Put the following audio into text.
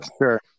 sure